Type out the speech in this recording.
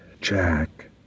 Jack